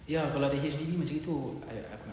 ya kalau ada H_D_B macam gitu I I nak